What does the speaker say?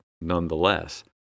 nonetheless